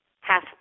half